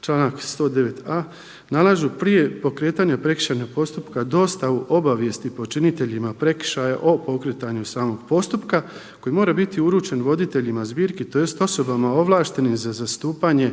članak 109.a, nalažu prije pokretanja prekršajnog postupka dostavu obavijesti počiniteljima prekršaja o pokretanju samog postupka koji mora biti uručen voditeljima zbirki tj. osobama ovlaštenim za zastupanje